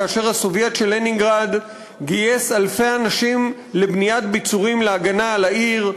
כאשר הסובייט של לנינגרד גייס אלפי אנשים לבניית ביצורים להגנה על העיר,